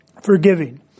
forgiving